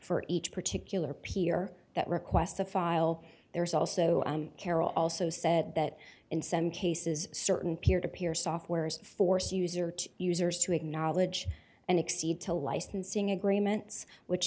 for each particular peer that request a file there's also carol also said that in some cases certain peer to peer software is force user to users to acknowledge and exceed to licensing agreements which